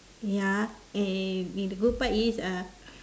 ya uh and the good part is uh